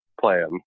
plan